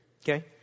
Okay